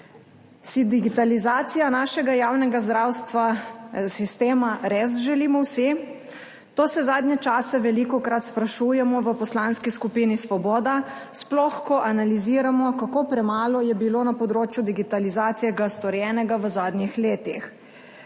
Si digitalizacijo našega javnega zdravstva, sistema res želimo vsi? To se zadnje čase velikokrat sprašujemo v Poslanski skupini Svoboda, sploh ko analiziramo, kako premalo je bilo na področju digitalizacije storjenega v zadnjih letih.